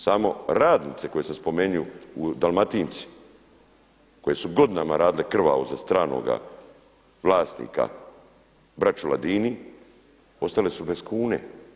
Samo radnici koje sam spomenuo u Dalmatinci koji su godinama radili krvavo za stranoga vlasnika, braću Ladini, ostali su bez kune.